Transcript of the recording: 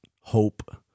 hope